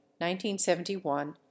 1971